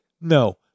No